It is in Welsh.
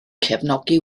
cefnogi